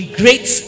great